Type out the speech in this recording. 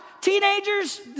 teenagers